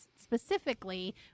specifically